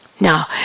Now